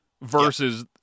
versus